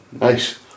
Nice